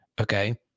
Okay